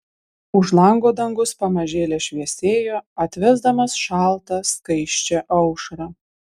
už lango dangus pamažėle šviesėjo atvesdamas šaltą skaisčią aušrą